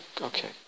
Okay